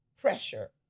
pressure